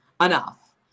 enough